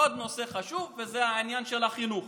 עוד נושא חשוב זה העניין של החינוך.